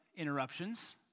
interruptions